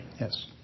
Yes